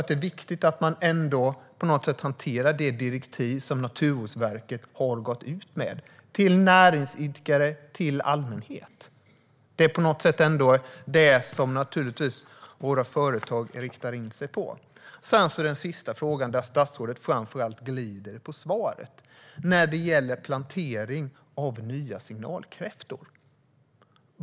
Det är viktigt att hantera det direktiv som Naturvårdsverket har gått ut med till näringsidkare och allmänhet. Det är ändå det som våra företag riktar in sig på. Så till den sista frågan, där statsrådet framför allt glider på svaret. Det gäller inplanteringen av nya signalkräftor.